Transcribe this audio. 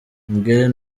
miguel